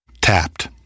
Tapped